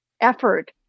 effort